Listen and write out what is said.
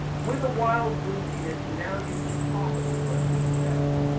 with a wild whimsiness, he now uses coffin for a sea chest,